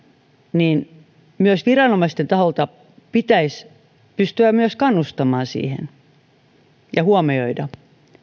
niin myös viranomaisten taholta pitäisi pystyä myös kannustamaan siihen